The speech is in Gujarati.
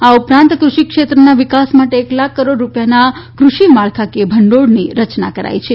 આ ઉપરાંત કૃષિ ક્ષેત્રના વિકાસ માટે એક લાખ કરોડ રૂપિયાના કૃષિ માળખાકીય ભંડોળની રચના કરાઇ છે